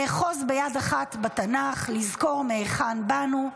לאחוז ביד אחת בתנ"ך, לזכור מהיכן באנו,